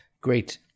great